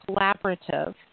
collaborative